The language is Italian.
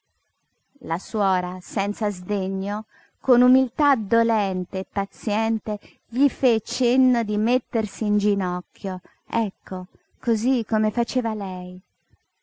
la suora senza sdegno con umiltà dolente e paziente gli fe cenno di mettersi in ginocchio ecco cosí come faceva lei